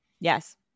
Yes